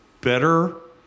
better